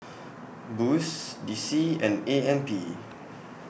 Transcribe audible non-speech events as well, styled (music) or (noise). Boost D C and A M P (noise)